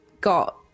got